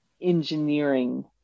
engineering